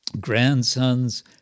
Grandsons